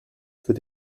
für